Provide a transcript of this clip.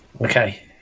Okay